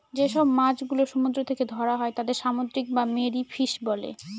যেসব মাছ গুলো সমুদ্র থেকে ধরা হয় তাদের সামুদ্রিক বা মেরিন ফিশ বলে